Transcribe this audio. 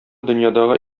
дөньядагы